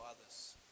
others